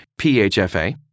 PHFA